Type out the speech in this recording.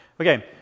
Okay